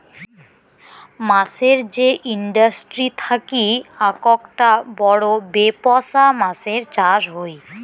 মাছের যে ইন্ডাস্ট্রি থাকি আককটা বড় বেপছা মাছের চাষ হই